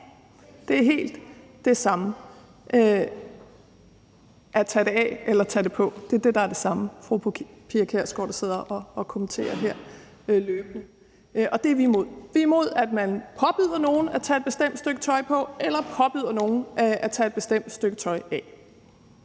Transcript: det er helt det samme at tage det af eller tage det på, vil jeg sige til fru Pia Kjærsgaard, der sidder og kommenterer det her løbende. Og det er vi imod. Vi er imod, at man påbyder nogen at tage et bestemt stykke tøj på eller påbyder nogen at tage et bestemt stykke tøj af.